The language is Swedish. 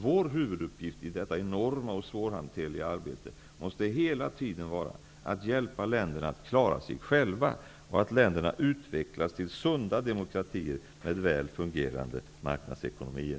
Vår huvuduppgift i detta enorma och svårhanterliga arbete måste hela tiden vara att hjälpa länderna att klara sig själva och att länderna utvecklas till sunda demokratier, med väl fungerade marknadsekonomier.